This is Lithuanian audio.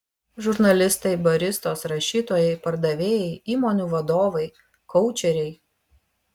žurnalistai baristos rašytojai pardavėjai įmonių vadovai koučeriai